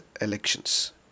elections